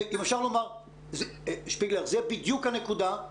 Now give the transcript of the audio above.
זאת בדיוק הנקודה.